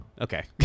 Okay